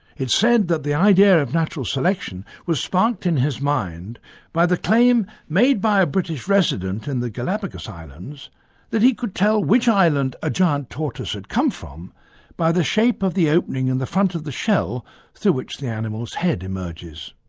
it's said that the idea of natural selection was sparked in his mind by the claim made by a british resident in the galapagos islands that he could tell which island a giant tortoise had come from by the shape of the opening in the front of the shell through which the animal's head emerges.